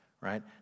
right